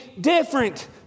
different